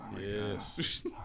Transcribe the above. Yes